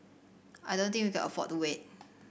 I don't think we can afford to wait